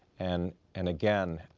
and and again